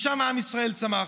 משם עם ישראל צמח.